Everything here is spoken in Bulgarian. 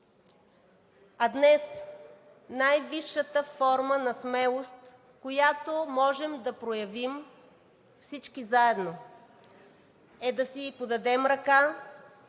А днес най-висшата форма на смелост, която можем да проявим всички заедно, е да си подадем ръка